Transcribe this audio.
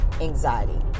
Anxiety